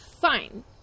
fine